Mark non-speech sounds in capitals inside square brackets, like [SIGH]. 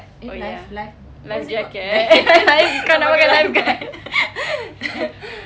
oh ya life jacket [LAUGHS] kau nak pakai life guard [LAUGHS]